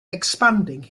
expanding